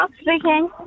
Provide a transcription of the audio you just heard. Speaking